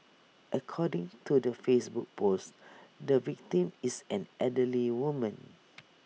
according to the Facebook post the victim is an elderly woman